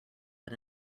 but